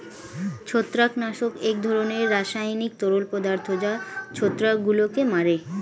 ছত্রাকনাশক এক ধরনের রাসায়নিক তরল পদার্থ যা ছত্রাকগুলোকে মারে